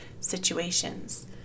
situations